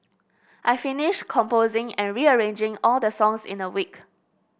I finished composing and rearranging all the songs in a week